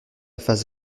face